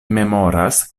memoras